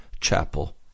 Chapel